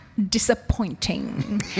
Disappointing